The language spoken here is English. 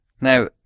Now